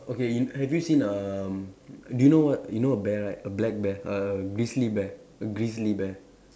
okay you have you seen um do you know what you know a bear right a black bear a grizzly bear a grizzly bear